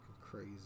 crazy